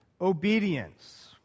obedience